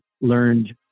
learned